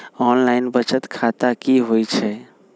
Online बचत खाता की होई छई?